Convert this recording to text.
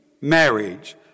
marriage